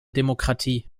demokratie